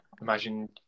Imagine